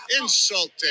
Insulting